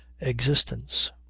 existence